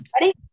ready